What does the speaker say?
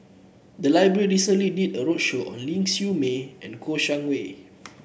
the library recently did a roadshow on Ling Siew May and Kouo Shang Wei